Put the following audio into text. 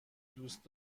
دوست